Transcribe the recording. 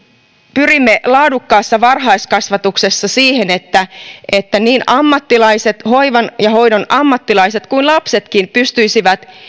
pyrimme laadukkaassa varhaiskasvatuksessa myöskin siihen että että niin hoivan ja hoidon ammattilaiset kuin lapsetkin pystyisivät